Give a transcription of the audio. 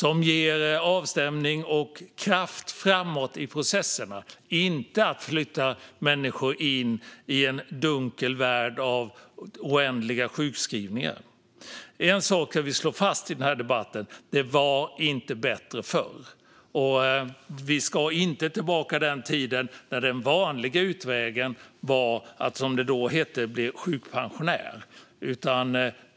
De ger avstämning och kraft framåt i processerna, inte att flytta människor in i en dunkel värld av oändliga sjukskrivningar. En sak kan vi slå fast i debatten, nämligen att det inte var bättre förr. Vi ska inte tillbaka till den tiden där den vanliga utvägen var att, som det då hette, bli sjukpensionär.